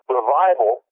Revival